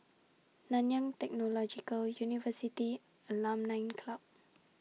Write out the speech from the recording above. Nanyang Technological University Alumni Club